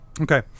Okay